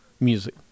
music